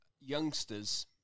youngsters